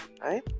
right